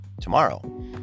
tomorrow